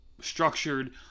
structured